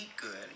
good